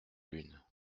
lune